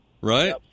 Right